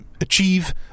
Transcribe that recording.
achieve